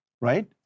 Right